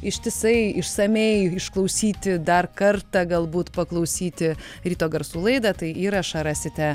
ištisai išsamiai išklausyti dar kartą galbūt paklausyti ryto garsų laidą tai įrašą rasite